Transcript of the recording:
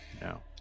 No